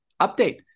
update